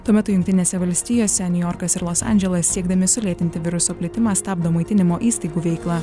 tuo metu jungtinėse valstijose niujorkas ir los andželas siekdami sulėtinti viruso plitimą stabdo maitinimo įstaigų veiklą